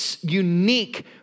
unique